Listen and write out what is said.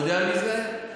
אתה יודע מי זה?